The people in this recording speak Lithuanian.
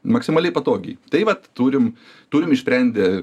maksimaliai patogiai tai vat turim turim išsprendę